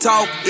Talk